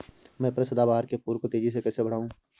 मैं अपने सदाबहार के फूल को तेजी से कैसे बढाऊं?